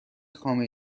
خامه